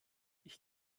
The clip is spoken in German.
ich